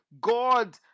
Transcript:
God